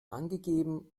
angegeben